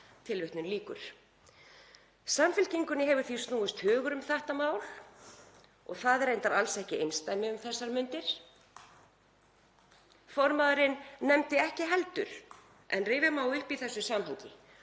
samþykkja það.“ Samfylkingunni hefur því snúist hugur um þetta mál og það er reyndar alls ekki einsdæmi um þessar mundir. Formaðurinn nefndi það ekki heldur en rifja má upp í þessu samhengi